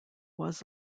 was